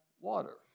water